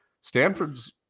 stanford's